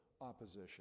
opposition